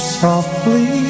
softly